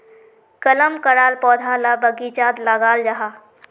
कलम कराल पौधा ला बगिचात लगाल जाहा